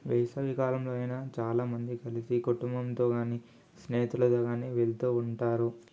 వేసవికాలంలో అయినా చాలామంది కలిసి కుటుంబంతో కానీ స్నేహితులతో కానీ వెళ్తూ ఉంటారు